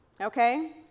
Okay